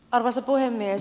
arvoisa puhemies